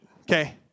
okay